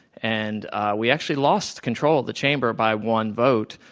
and we actually lost control of the chamber by one vote,